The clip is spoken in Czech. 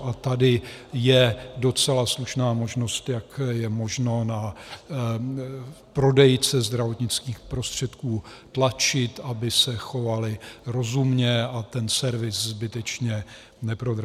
A tady je docela slušná možnost, jak je možno na prodejce zdravotnických prostředků tlačit, aby se chovali rozumně a servis zbytečně neprodražovali.